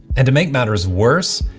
and to make matters worse,